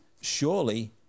surely